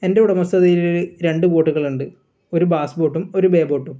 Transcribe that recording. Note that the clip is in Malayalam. എൻ്റെ ഉടമസ്ഥതതയിൽ രണ്ട് ബോട്ടുകളുണ്ട് ഒരു ബാസ് ബോട്ടും ഒരു ബേ ബോട്ടും